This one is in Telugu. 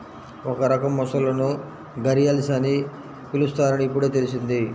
ఒక రకం మొసళ్ళను ఘరియల్స్ అని పిలుస్తారని ఇప్పుడే తెల్సింది